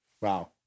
Wow